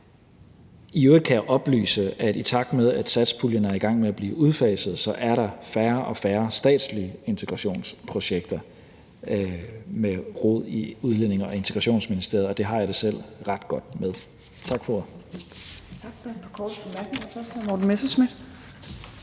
I øvrigt kan jeg oplyse, at i takt med at satspuljen er i gang med at blive udfaset, er der færre og færre statslige integrationsprojekter med rod i Udlændinge- og Integrationsministeriet, og det har jeg det selv ret godt med. Tak for ordet. Kl. 17:21 Fjerde næstformand